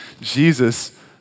Jesus